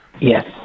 Yes